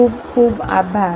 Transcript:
ખુબ ખુબ આભાર